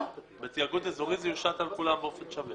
בתיאגוד אזורי זה יושת על כולם באופן שווה.